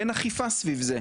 אבל אין אכיפה סביב זה.